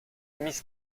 miss